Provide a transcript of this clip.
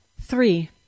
Three